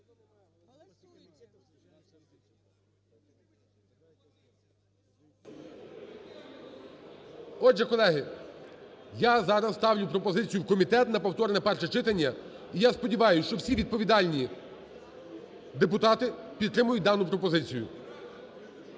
Отже, колеги, я зараз ставлю пропозицію: в комітет на повторне перше читання. І я сподіваюсь, що всі відповідальні депутати підтримають дану пропозицію.